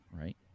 right